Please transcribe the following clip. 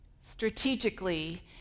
strategically